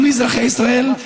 גם לאזרחי ישראל,